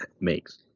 makes